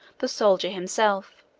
the soldier himself